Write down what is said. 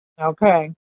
Okay